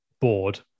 board